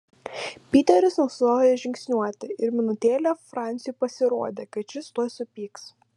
piteris nustojo žingsniuoti ir minutėlę franciui pasirodė kad šis tuoj supyks